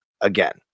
again